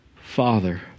father